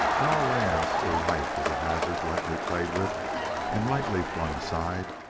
in all lands where life is a hazard lightly played with and lightly flung aside,